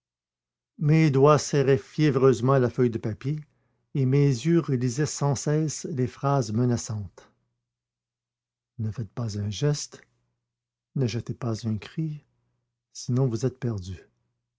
mes doigts serraient fiévreusement la feuille de papier et mes yeux relisaient sans cesse les phrases menaçantes ne faites pas un geste ne jetez pas un cri sinon vous êtes perdu